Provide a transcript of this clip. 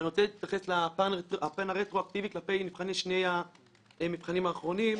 אבל אני רוצה להתייחס לפן הרטרואקטיבי כלפי נבחני שני המבחנים האחרונים,